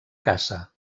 caça